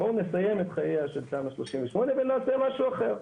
בואו נסיים את חייה של תמ"א 38 ונעשה משהו אחר.